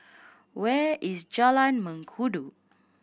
where is Jalan Mengkudu